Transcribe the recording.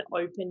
open